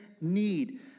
need